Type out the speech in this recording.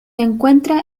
encuentra